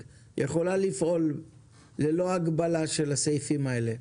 יכולה לפעול ללא הגבלה של הסעיפים האלה.